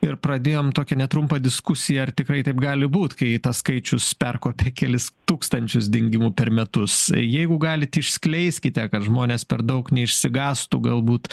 ir pradėjom tokią netrumpą diskusiją ar tikrai taip gali būt kai tas skaičius perkopė kelis tūkstančius dingimų per metus jeigu galit išskleiskite kad žmonės per daug neišsigąstų galbūt